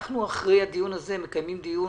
אחרי הדיון הזה אנחנו מקיימים דיון